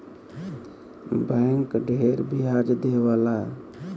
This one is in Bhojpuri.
बैंक ढेर ब्याज देवला